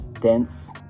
dense